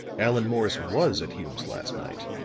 allan morris was at hume's last night.